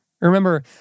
Remember